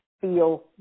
feel